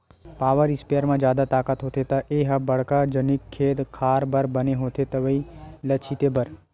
power sprayer म जादा ताकत होथे त ए ह बड़का जनिक खेते खार बर बने होथे दवई ल छिते बर